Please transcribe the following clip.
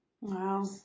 Wow